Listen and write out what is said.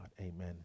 Amen